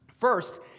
First